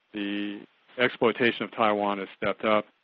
the exploitation of taiwan is stepped up.